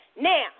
Now